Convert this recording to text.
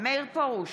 מאיר פרוש,